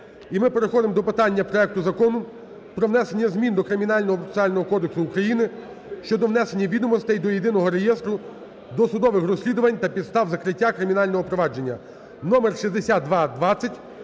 І ми переходимо до питання проекту Закону про внесення змін до Кримінального процесуального кодексу України щодо внесення відомостей до Єдиного реєстру досудових розслідувань та підстав закриття кримінального провадження (№ 6220).